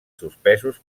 suspesos